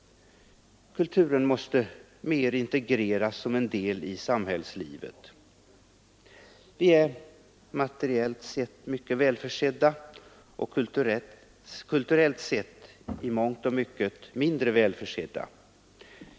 Kulturen måste mer integreras som en del i samhällslivet. Vi är materiellt sett mycket välförsedda och kulturellt sett i mångt och mycket mindre välförsedda.